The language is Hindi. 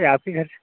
अरे आपके घर से